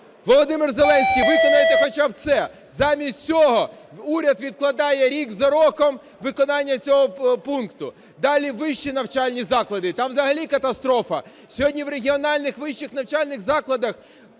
Володимир Зеленський, виконайте хоча б це! Замість цього уряд відкладає рік за роком виконання цього пункту. Далі, вищі навчальні заклади – там взагалі катастрофа. Сьогодні в регіональних вищих навчальних закладах